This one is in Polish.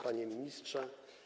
Panie Ministrze!